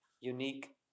unique